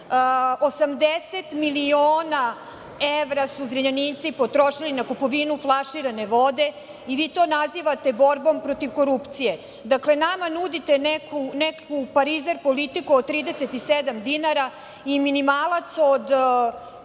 80 miliona evra su Zrenjaninci potrošili na kupovinu flaširane vode i vi to nazivate borbom protiv korupcije. Dakle, nama nudite neku parizer politiku od 37 dinara i minimalac od